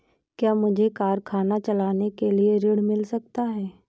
क्या मुझे कारखाना चलाने के लिए ऋण मिल सकता है?